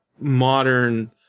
modern